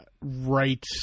right